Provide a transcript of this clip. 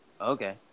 Okay